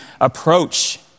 approach